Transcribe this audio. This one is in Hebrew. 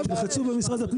תלחצו במשרד הפנים.